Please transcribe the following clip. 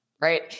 right